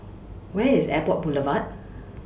Where IS Airport Boulevard